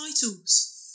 titles